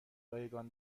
رایگان